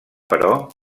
però